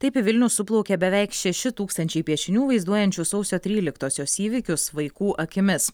taip į vilnių suplaukė beveik šeši tūkstančiai piešinių vaizduojančių sausio tryliktosios įvykius vaikų akimis